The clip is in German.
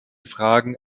fragen